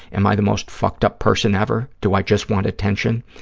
am i the most fucked-up person ever? do i just want attention?